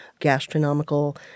gastronomical